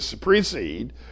precede